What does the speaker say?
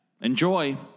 Enjoy